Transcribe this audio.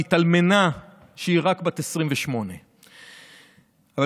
והיא התאלמנה כשהיא רק בת 28. אבל